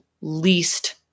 least